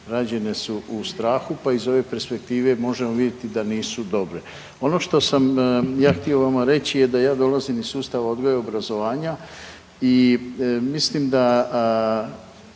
rađene su u strahu pa iz ove perspektive možemo vidjeti da nisu dobre. Ono što sam ja htio vama reći je da ja dolazim iz sustava odgoja i obrazovanja i mislim da